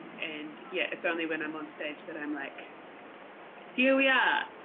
and yeah, it's only when i'm on stage that i'm like here we are,